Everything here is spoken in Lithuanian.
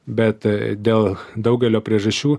bet dėl daugelio priežasčių